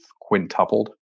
quintupled